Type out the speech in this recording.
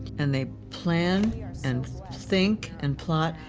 and they plan and think and plot.